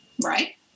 right